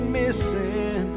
missing